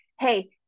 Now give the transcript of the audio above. Hey